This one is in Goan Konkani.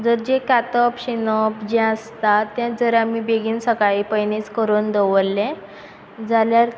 जें जर कातप शिंदप जें आसता तें जर आमी बेगीन सकाळीं पयलींच करून दवरलें जाल्यार